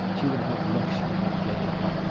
she would have luxury and gaiety,